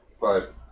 five